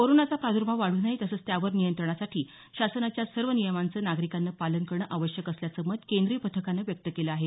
कोरोनाचा प्रादुर्भाव वाढू नये तसंच त्यावर नियंत्रणासाठी शासनाच्या सर्व नियमांचे नागरिकांनी पालन करणे आवश्यक असल्याचं मत केंद्रीय पथकानं व्यक्त केलं आहे